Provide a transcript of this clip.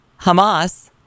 Hamas